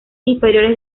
inferiores